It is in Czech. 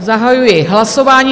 Zahajuji hlasování.